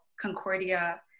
Concordia